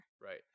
right